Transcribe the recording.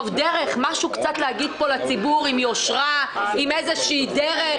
תנו משהו להגיד לציבור עם דרך, עם יושרה, עם קו.